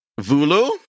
Vulu